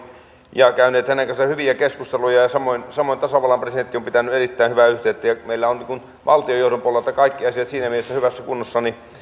ja käynyt hänen kanssaan hyviä keskusteluja ja samoin samoin tasavallan presidentti on pitänyt erittäin hyvää yhteyttä sinne ja meillä on valtiojohdon puolelta kaikki asiat siinä mielessä hyvässä kunnossa niin